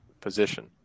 position